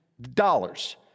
dollars